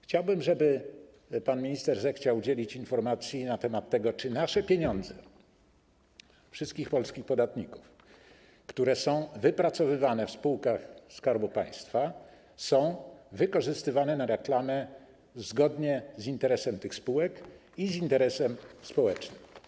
Chciałbym, żeby pan minister zechciał udzielić informacji na temat tego, czy nasze, wszystkich polskich podatników, pieniądze, które są wypracowywane w spółkach Skarbu Państwa, są wykorzystywane na reklamy zgodnie z interesem tych spółek i z interesem społecznym?